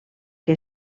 que